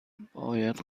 باید